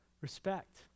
respect